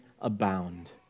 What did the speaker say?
abound